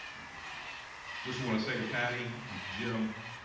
and just want to say to patty and jim,